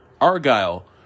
Argyle